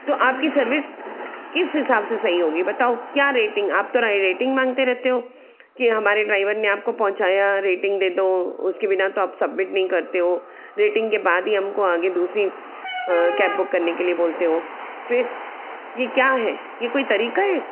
तो आप की सर्विस किस हिसाब से सही होगी बताओ क्या रेटिंग आप तो रेटिंग मांगते रहते हो कि हमारे ड्राइवर ने आप को पहुंचाया रेटिंग दे दो उसके बिना तो आप सबमिट नहीं करते हो रेटिंग के बाद ही हम को आगे दूसरी कैब बुक करने के लिए बोलते हो फ़िर ये क्या है ये कोई तरीक़ा है